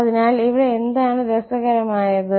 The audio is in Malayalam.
അതിനാൽ ഇവിടെ എന്താണ് രസകരമായത്